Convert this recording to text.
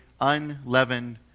unleavened